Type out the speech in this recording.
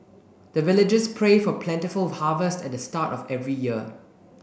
the villagers pray for plentiful harvest at the start of every year